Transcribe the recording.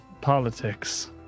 politics